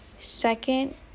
Second